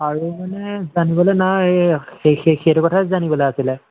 আৰু মানে জানিবলৈ নাই সেইটো কথাই জানিবলৈ আছিলে